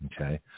Okay